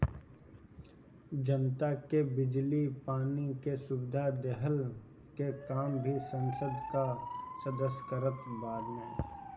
जनता के बिजली पानी के सुविधा देहला के काम भी संसद कअ सदस्य करत बाने